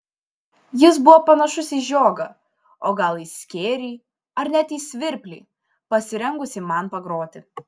jis buvo panašus į žiogą o gal į skėrį ar net į svirplį pasirengusį man pagroti